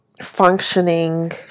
functioning